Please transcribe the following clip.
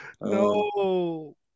No